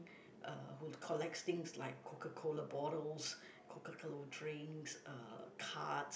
uh who collects things like Coca-Cola bottles Coca-Cola drinks uh cards